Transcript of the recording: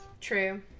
True